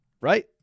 right